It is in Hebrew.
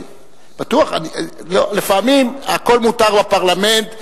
לפעמים, הכול מותר בפרלמנט.